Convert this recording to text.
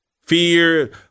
Fear